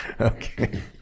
okay